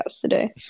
today